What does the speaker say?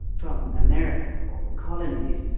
from america or the colonies,